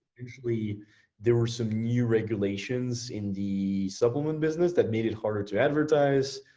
eventually there were some new regulations in the supplement business that made it harder to advertise,